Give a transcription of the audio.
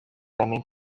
temem